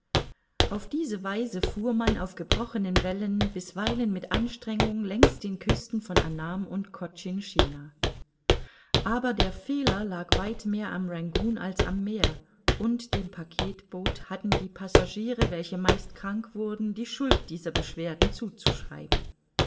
auf diese weise fuhr man auf gebrochenen wellen bisweilen mit anstrengung längs den küsten von annam und cochinchina aber der fehler lag weit mehr am rangoon als am meer und dem packetboot hatten die passagiere welche meist krank wurden die schuld dieser beschwerden zuzuschreiben